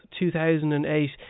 2008